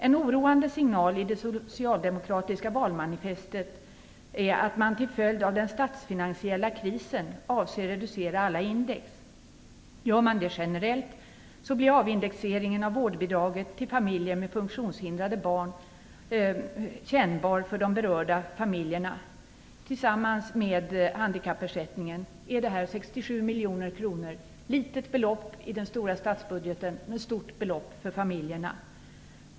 En oroande signal i det socialdemokratiska valmanifestet är att man till följd av den statsfinansiella krisen avser att reducera alla index. Gör man det generellt, så blir avindexeringen av vårdbidraget till familjer med funktionshindrade barn kännbar för berörda familjer. Tillsammans med handikappersättningen innebär det här 67 miljoner kronor - ett litet belopp i den stora statsbudgeten men ett stort belopp för familjerna.